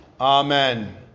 Amen